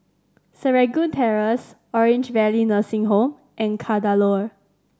Serangoon Terrace Orange Valley Nursing Home and Kadaloor